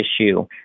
issue